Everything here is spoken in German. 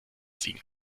ziehen